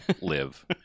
live